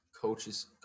coaches